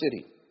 City